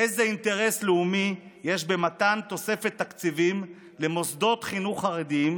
איזה אינטרס לאומי יש במתן תוספת תקציבים למוסדות חינוך חרדיים,